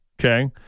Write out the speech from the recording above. Okay